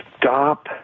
stop